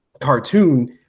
cartoon